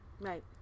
Right